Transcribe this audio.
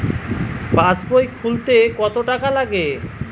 পাশবই খুলতে কতো টাকা লাগে?